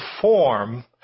form